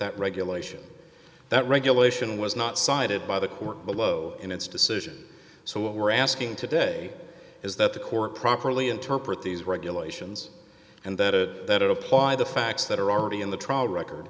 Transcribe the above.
that regulation that regulation was not cited by the court below in its decision so what we're asking today is that the court properly interpret these regulations and that it apply the facts that are already in the trial record